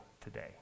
today